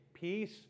peace